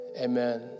Amen